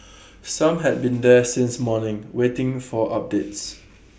some had been there since morning waiting for updates